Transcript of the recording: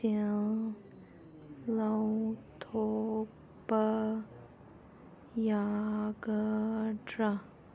ꯁꯦꯜ ꯂꯧꯊꯣꯛꯄ ꯌꯥꯒꯗ꯭ꯔ